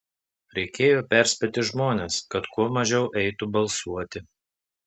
reikėjo perspėti žmones kad kuo mažiau eitų balsuoti